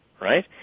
right